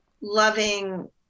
loving